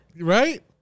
Right